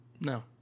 No